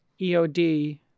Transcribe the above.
EOD